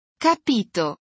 Capito